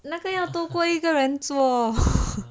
那个要多过一个人坐